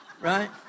right